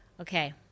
Okay